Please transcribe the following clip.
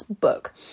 book